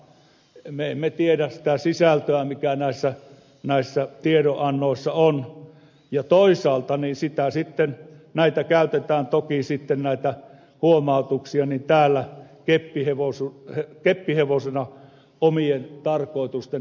me emme tiedä sitä sisältöä mikä näissä tiedonannoissa on ja toisaalta näitä huomautuksia käytetään toki sitten täällä keppihevosena omien tarkoitusten läpiviemiseksi